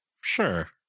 Sure